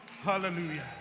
Hallelujah